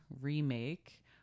remake